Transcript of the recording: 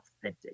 authentic